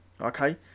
okay